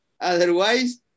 otherwise